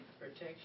Protection